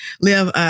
live